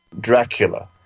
Dracula